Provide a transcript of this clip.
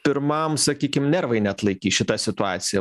pirmam sakykim nervai neatlaikys šita situacija